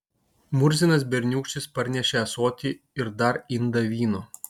murzinas berniūkštis parnešė ąsotį ir dar indą vyno